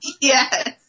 Yes